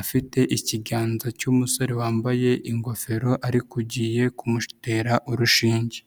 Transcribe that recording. afite ikiganza cy'umusore wambaye ingofero ariko ugiye kumutera urushinge.